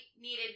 needed